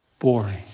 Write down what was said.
boring